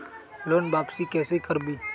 Loan वापसी कैसे करबी?